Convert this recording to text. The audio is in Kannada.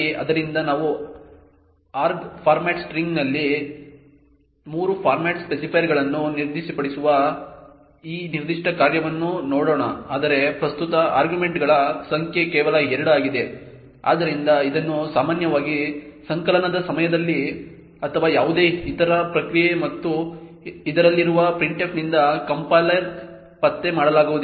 ಆದ್ದರಿಂದ ನಾವು ಆರ್ಗ್ ಫಾರ್ಮ್ಯಾಟ್ ಸ್ಟ್ರಿಂಗ್ನಲ್ಲಿ 3 ಫಾರ್ಮ್ಯಾಟ್ ಸ್ಪೆಸಿಫೈಯರ್ಗಳನ್ನು ನಿರ್ದಿಷ್ಟಪಡಿಸುವ ಈ ನಿರ್ದಿಷ್ಟ ಕಾರ್ಯವನ್ನು ನೋಡೋಣ ಆದರೆ ಪ್ರಸ್ತುತ ಆರ್ಗ್ಯುಮೆಂಟ್ಗಳ ಸಂಖ್ಯೆ ಕೇವಲ 2 ಆಗಿದೆ ಆದ್ದರಿಂದ ಇದನ್ನು ಸಾಮಾನ್ಯವಾಗಿ ಸಂಕಲನದ ಸಮಯದಲ್ಲಿ ಅಥವಾ ಯಾವುದೇ ಇತರ ಪ್ರಕ್ರಿಯೆ ಮತ್ತು ಅದರಲ್ಲಿರುವ printfನಿಂದ ಕಂಪೈಲರ್ಗಳು ಪತ್ತೆ ಮಾಡಲಾಗುವುದಿಲ್ಲ